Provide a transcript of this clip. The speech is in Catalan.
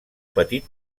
petit